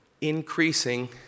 increasing